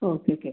हो ठीक आहे